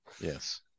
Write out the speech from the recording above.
yes